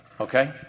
Okay